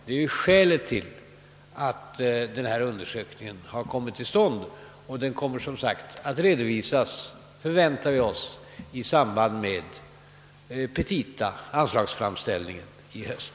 Det är anledningen till att denna undersökning kommit till stånd, och den kommer som sagt förmodligen att redovisas i samband med anslagsframställningen i höst.